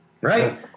Right